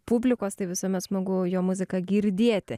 publikos tai visuomet smagu jo muziką girdėti